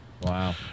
Wow